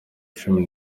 cumi